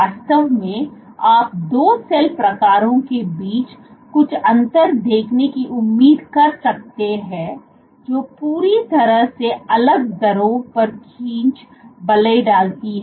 वास्तव में आप दो सेल प्रकारों के बीच कुछ अंतर देखने की उम्मीद कर सकते हैं जो पूरी तरह से अलग दरों पर खींच बलों डालती है